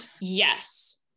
Yes